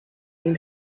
dem